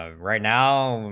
ah right now,